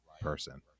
person